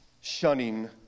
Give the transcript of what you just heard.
shunning